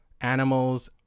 animals